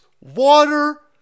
water